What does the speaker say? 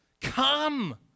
come